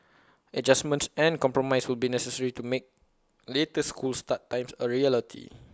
adjustments and compromise will be necessary to make later school start times A reality